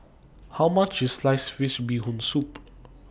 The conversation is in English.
How much IS Sliced Fish Bee Hoon Soup